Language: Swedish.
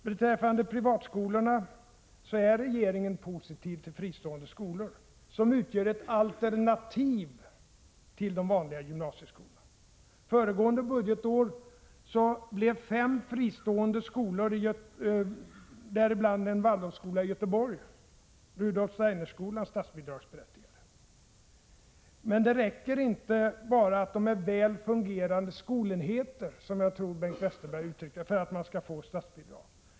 Beträffande privatskolorna vill jag säga att regeringen är positiv till fristående skolor som utgör ett alternativ till de vanliga gymnasieskolorna. Föregående budgetår blev fem fristående skolor, däribland en Waldorfskola i Göteborg, Rudolf Steinerskolan, statsbidragsberättigade. Men det räcker inte att de är väl fungerande skolenheter, som jag tror Bengt Westerberg uttryckte det, för att de skall få statsbidrag.